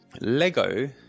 Lego